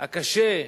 הקשה,